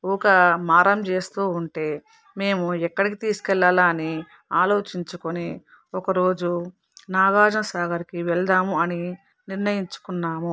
ఊకే మారం చేస్తూ ఉంటే మేము ఎక్కడికి తీసుకెళ్లాలా అని ఆలోచించుకొని ఒకరోజు నాగార్జున సాగర్కి వెళ్దాం అని నిర్ణయించుకున్నాము